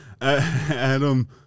Adam